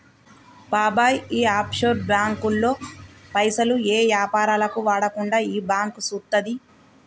బాబాయ్ ఈ ఆఫ్షోర్ బాంకుల్లో పైసలు ఏ యాపారాలకు వాడకుండా ఈ బాంకు సూత్తది